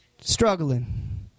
struggling